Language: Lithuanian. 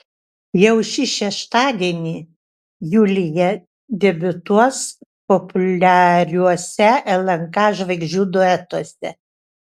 jau šį šeštadienį julija debiutuos populiariuose lnk žvaigždžių duetuose